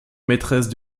maîtresse